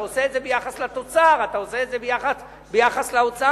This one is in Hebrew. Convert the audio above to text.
אתה עושה את זה ביחס לתוצר,